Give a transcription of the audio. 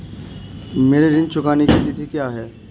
मेरे ऋण चुकाने की तिथि क्या है?